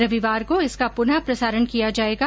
रविवार को इसका पुनः प्रसारण किया जाएगा